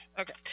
Okay